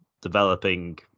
developing